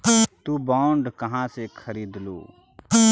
तु बॉन्ड कहा से खरीदलू?